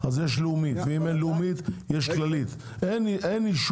יש קופת חולים לאומית ואם אין לאומית,